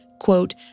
Quote